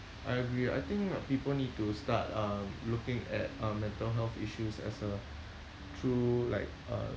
I agree I think people need to start um looking at uh mental health issues as a through like a